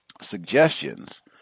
suggestions